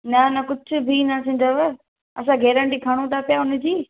न न कुझु बि न थींदव असां गेरंटी खणू था पिया हुनजी